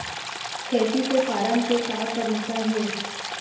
खेती से फारम के का तरीका हे?